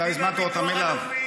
אתה הזמנת אותם אליו.